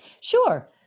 Sure